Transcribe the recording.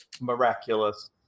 miraculous